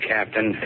Captain